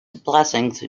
blessings